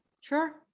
Sure